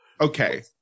Okay